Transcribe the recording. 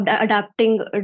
adapting